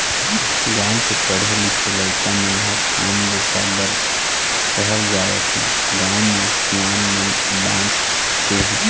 गाँव के पढ़े लिखे लइका मन ह काम बूता बर सहर जावत हें, गाँव म सियान मन बाँच गे हे